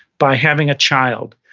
by having a child,